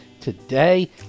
Today